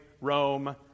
Rome